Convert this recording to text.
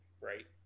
right